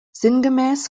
sinngemäß